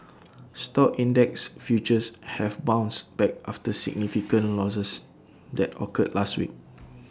stock index futures have bounced back after significant losses that occurred last week